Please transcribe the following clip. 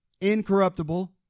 incorruptible